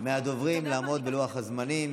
מהדוברים לעמוד בלוח הזמנים,